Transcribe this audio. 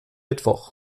mittwoch